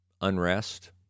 unrest